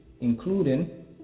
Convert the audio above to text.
including